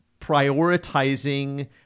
prioritizing